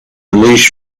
release